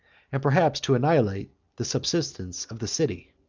and perhaps to annihilate the subsistence of the city.